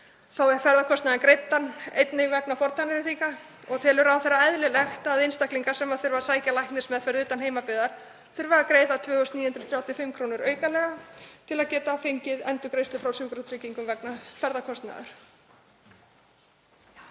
fái ferðakostnaðinn greiddan, einnig vegna fortannréttinga? Telur ráðherra eðlilegt að einstaklingar sem þurfa að sækja læknismeðferð utan heimabyggðar þurfi að greiða 2.935 kr. aukalega til að geta fengið endurgreiðslu frá sjúkratryggingum vegna ferðakostnaðar?